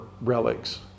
relics